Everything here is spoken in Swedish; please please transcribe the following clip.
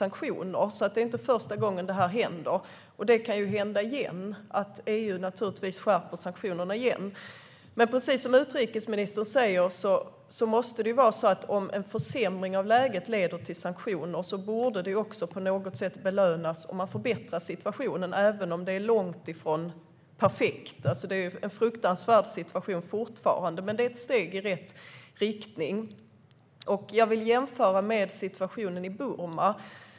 Det är alltså inte första gången det händer, och det kan hända igen att EU skärper sanktionerna. Om en försämring av läget leder till sanktioner borde man, som utrikesministern också säger, på något sätt belönas om man förbättrar situationen, även om den blir långt ifrån perfekt. Situationen i Vitryssland är fortfarande fruktansvärd, men det är ett steg i rätt riktning. Jag vill jämföra med situationen i Burma.